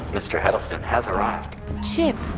mister heddleston has arrived chip,